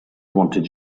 wanted